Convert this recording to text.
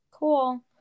cool